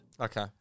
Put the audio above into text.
Okay